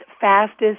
fastest